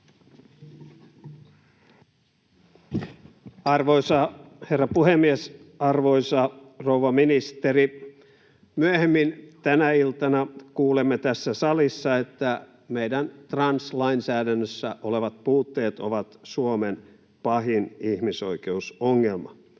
Arvoisa herra puhemies! Arvoisa rouva ministeri! Myöhemmin tänä iltana kuulemme tässä salissa, että meidän translainsäädännössä olevat puutteet ovat Suomen pahin ihmisoikeusongelma.